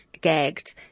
gagged